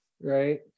right